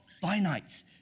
finite